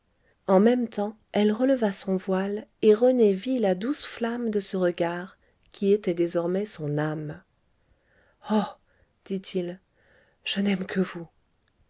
en même temps elle releva son voile et rené vit la douce flamme de ce regard qui était désormais son âme oh dit-il je n'aime que vous